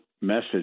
message